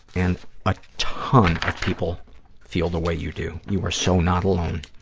and a ton of people feel the way you do. you are so not alone.